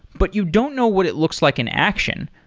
but you don't know what it looks like in action,